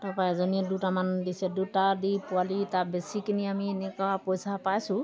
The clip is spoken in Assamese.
তাৰপৰা এজনীয়ে দুটামান দিছে দুটা দি পোৱালি তাক বেচি কিনি আমি এনেকুৱা পইচা পাইছোঁ